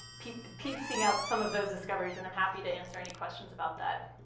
piecing out some of those discoveries, and i'm happy to answer any questions about that.